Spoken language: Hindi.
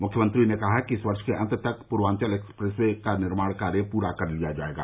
मुख्यमंत्री ने कहा कि इस वर्ष के अंत तक पूर्वांचल एक्सप्रेस वे का निर्माण कार्य पूरा कर लिया जाएगा